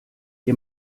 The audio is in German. ihr